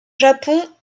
japon